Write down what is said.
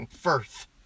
Firth